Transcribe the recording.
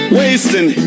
wasting